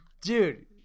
Dude